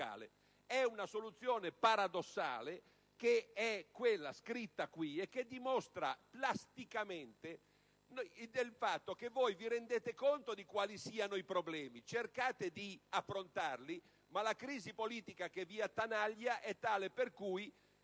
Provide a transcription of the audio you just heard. È una soluzione paradossale, quella prevista nel decreto, che dimostra plasticamente che voi vi rendete conto di quali siano i problemi, che cercate di affrontarli, ma che la crisi politica che vi attanaglia è tale per cui